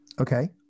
Okay